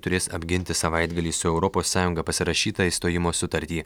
turės apginti savaitgalį su europos sąjunga pasirašytą išstojimo sutartį